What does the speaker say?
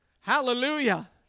Hallelujah